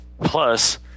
Plus